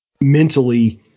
mentally –